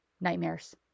nightmares